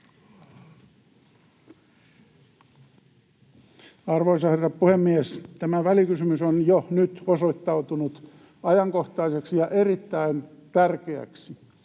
Arvoisa herra puhemies! Tämä välikysymys on jo nyt osoittautunut ajankohtaiseksi ja erittäin tärkeäksi.